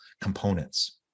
components